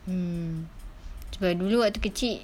mm cuma dulu waktu kecil